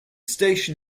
station